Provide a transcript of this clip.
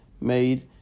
made